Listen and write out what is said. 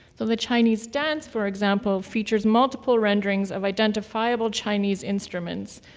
so the chinese dance, for example, features multiple renderings of identifiable chinese instruments,